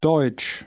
Deutsch